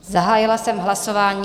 Zahájila jsem hlasování.